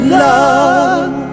love